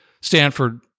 Stanford